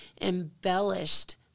embellished